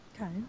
Okay